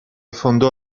fondò